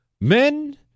Men